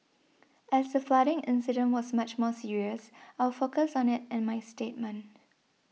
as the flooding incident was much more serious I will focus on it in my statement